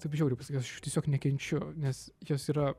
taip žiauriai pasakiau aš jų tiesiog nekenčiu nes jos yra